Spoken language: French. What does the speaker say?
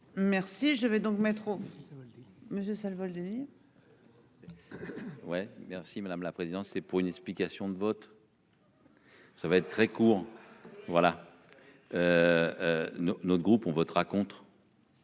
Merci. Je vais donc mettre aussi ça monsieur ça. Ouais. Merci madame la présidence. C'est pour une explication de vote.-- Ça va être très court, voilà. Nos, notre groupe on votera contre.